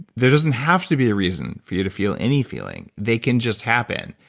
there doesn't have to be a reason for you to feel any feeling. they can just happen.